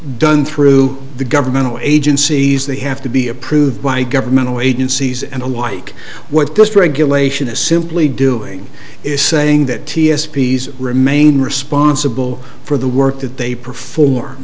done through the governmental agencies they have to be approved by governmental agencies and a white what this regulation is simply doing is saying that t s p's remain responsible for the work that they perform